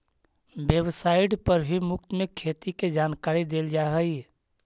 website पर भी मुफ्त में खेती के जानकारी देल जा हई